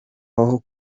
aho